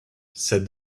said